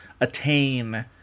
attain